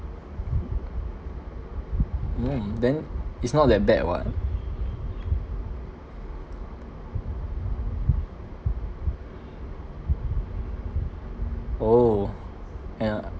mm then it's not that bad [what] oh and